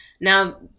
Now